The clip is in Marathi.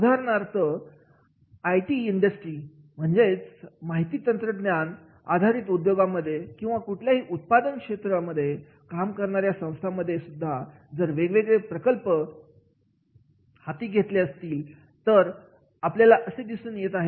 उदाहरणार्थ आयटी इंडस्ट्री मध्ये म्हणजेच माहिती तंत्रज्ञानावर आधारित उद्योगांमध्ये किंवा कुठल्याही उत्पादन क्षेत्रात काम करणाऱ्या संस्थांमध्ये सुद्धा जर वेगवेगळे प्रकल्प हाती घेतले असतील तर आपल्याला हे दिसून येतं